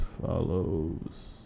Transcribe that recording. follows